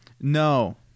No